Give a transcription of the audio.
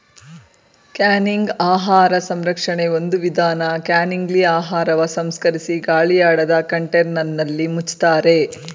canning ಆಹಾರ ಸಂರಕ್ಷಣೆ ಒಂದು ವಿಧಾನ ಕ್ಯಾನಿಂಗ್ಲಿ ಆಹಾರವ ಸಂಸ್ಕರಿಸಿ ಗಾಳಿಯಾಡದ ಕಂಟೇನರ್ನಲ್ಲಿ ಮುಚ್ತಾರೆ